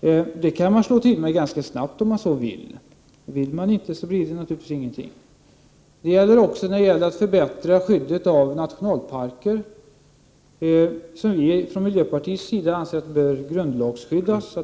Men här kan man vidta åtgärder ganska snabbt, om man vill. Vill man inte, händer det naturligtvis ingenting. Så till en annan sak, nämligen skyddet av våra nationalparker. Vi i miljöpartiet anser att dessa bör grundlagsskyddas.